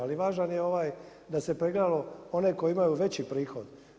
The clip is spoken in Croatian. Ali važan je ovaj da se pregledaju oni koji imaju veći prihod.